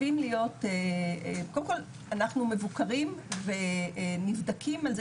קודם כל אנחנו מבוקרים ונבדקים על זה